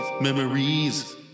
Memories